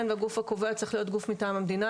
והגוף הקובע צריכים להיות מטעם המדינה,